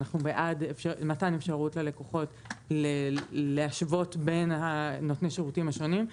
אנחנו בעד מתן אפשרות ללקוחות להשוות בין נותני השירותים השונים.